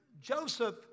Joseph